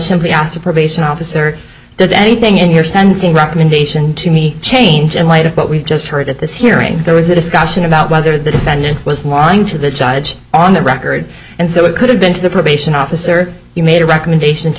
simply asked the probation officer does anything in your sensing recommendation to me change in light of what we've just heard at this hearing there was a discussion about whether the defendant was lying to the judge on the record and so it could have been to the probation officer he made a recommendation to